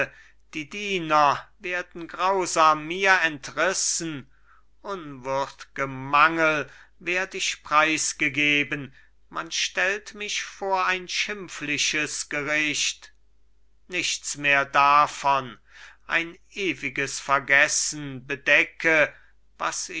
die diener werden grausam mir entrissen unwürd'gem mangel werd ich preisgegeben man stellt mich vor ein schimpfliches gericht nichts mehr davon ein ewiges vergessen bedecke was